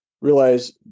realize